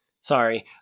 sorry